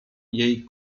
jej